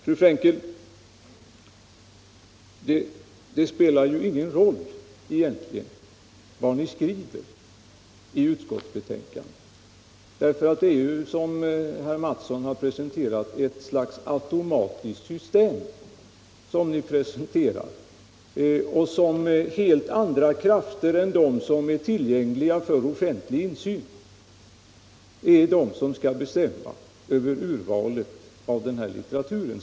Det spelar ju egentligen ingen roll, fru Frenkel, vad ni skriver i utskottsbetänkandet därför att det är, som herr Mattsson har framhållit, ett slags automatiskt system som ni presenterar och där helt andra krafter än dem som är tillgängliga för offentlig insyn skall bestämma över urvalet av den litteratur som skall få stöd.